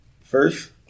first